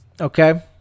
Okay